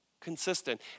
consistent